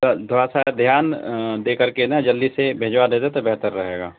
تھوڑا سا دھیان دے کر کے نا جلدی سے بھجوا دیتے تو بہتر رہے گا